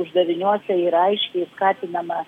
uždaviniuose yra aiškiai skatinama